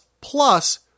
plus